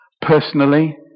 personally